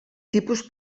tipus